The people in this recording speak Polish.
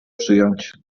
przyjąć